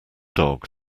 dog